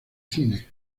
cine